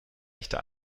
echter